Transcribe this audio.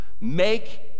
make